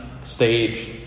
stage